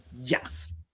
Yes